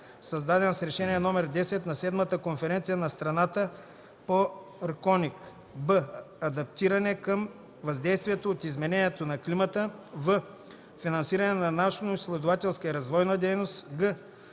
създаден с Решение № 10 на седмата конференция на страните по РКОНИК; б) адаптиране към въздействието от изменението на климата; в) финансиране на научноизследователска и развойна дейност; г)